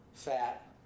fat